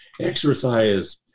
exercise